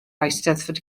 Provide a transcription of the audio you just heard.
eisteddfod